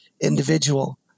individual